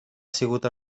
sigut